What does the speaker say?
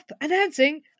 announcing